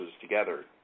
together